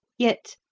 yet,